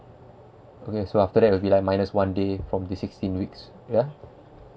okay so after that will be like minus one day from the sixteen weeks ya